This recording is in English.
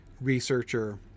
researcher